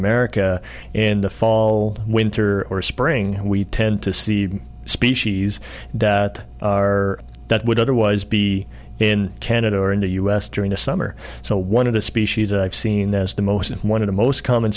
america in the fall winter or spring we tend to see species that are that would otherwise be in canada or in the u s during the summer so one of the species that i've seen that is the most and one of the most common